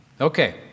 Okay